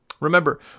Remember